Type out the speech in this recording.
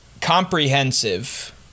comprehensive